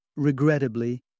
Regrettably